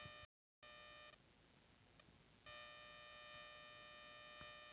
ರೈತರಿಗೆ ಕೇಂದ್ರ ಮತ್ತು ರಾಜ್ಯ ಸರಕಾರಗಳ ಸಾಲ ಕೊಡೋ ಅನುಪಾತ ಎಷ್ಟು?